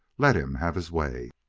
let him have his way.